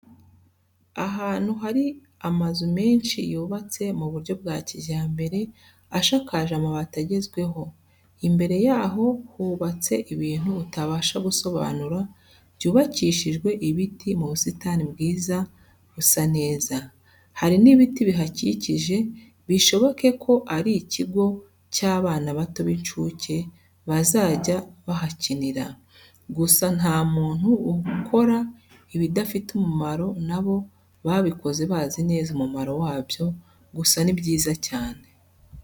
Ahantu harivamazu menshi yubatse, mu buryo bwa kijyambere ashakaje amabati agezweho, imbere yaho hubatse ibintu utabasha gusobanura byubakishijwe ibiti mu busitani bwiza busa neza. Hari n'ibiti bihakikije bishoboke uba arikigo cy'abana bato b'incuke bazajya bahakinira. Gusa nta muntu ukora ibidafite umumaro na bo babikoze bazi neza umumaro wabyo gusa ni byiza cyane.